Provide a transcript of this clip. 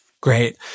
great